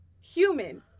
human